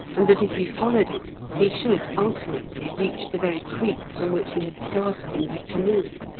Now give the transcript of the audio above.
and that if he followed it he should ultimately reach the very creek from which he had started in his canoe.